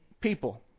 people